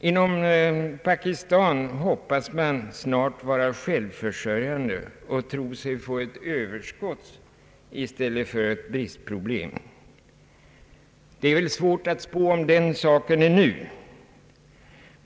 Inom Pakistan hoppas man att snart vara självförsörjande och tror sig få ett överskottsi stället för bristproblem. Det är väl svårt att spå om den saken ännu.